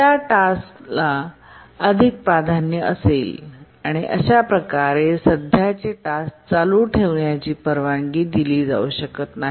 आधीपासूनच दुसर्या टास्क द्वारे अधिग्रहित केलेला कोणताही स्रोत असल्यास त्या टास्क स अधिक प्राधान्य असेल आणि अशा प्रकारे सध्याचे टास्क चालू ठेवण्याची परवानगी दिली जाऊ शकत नाही